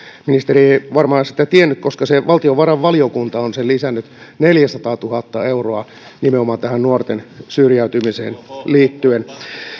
ministeri ei varmaan sitä tiennyt koska valtiovarainvaliokunta on sen lisännyt neljäsataatuhatta euroa nimenomaan tähän nuorten syrjäytymiseen liittyen